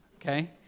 okay